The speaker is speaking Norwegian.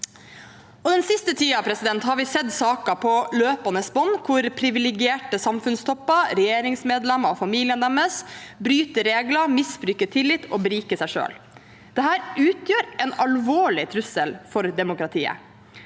Den siste tiden har vi sett saker, på løpende bånd, hvor privilegerte samfunnstopper, regjeringsmedlemmer og familiene deres bryter regler, misbruker tillit og beriker seg selv. Dette utgjør en alvorlig trussel for demokratiet.